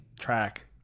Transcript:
track